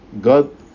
God